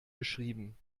geschrieben